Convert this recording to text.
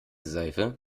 seife